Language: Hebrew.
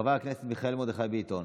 חבר הכנסת מיכאל מרדכי ביטון.